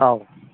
औ